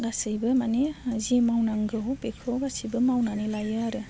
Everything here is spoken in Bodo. गासिबो माने जि मावनांगौ बेखौ गासिबो मावनानै लायो आरो